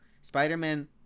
Spider-Man